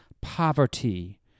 poverty